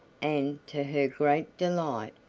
and, to her great delight,